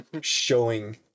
showing